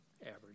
average